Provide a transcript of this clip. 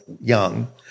young